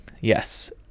Yes